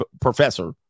professor